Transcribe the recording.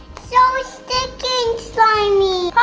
so sticky and slimy.